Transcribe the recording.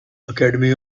academy